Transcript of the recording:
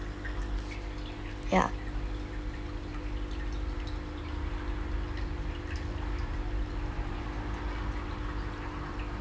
ya